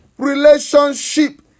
relationship